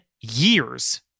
years